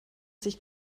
sich